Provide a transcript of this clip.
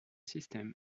system